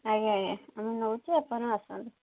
ଆଜ୍ଞା ଆଜ୍ଞା ଆମେ ନେଉଛୁ ଆପଣ ଆସନ୍ତୁ